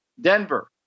Denver